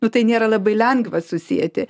nu tai nėra labai lengva susieti